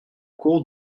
cours